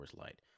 Light